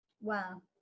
Wow